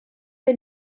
wir